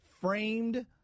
framed